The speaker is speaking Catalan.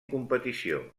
competició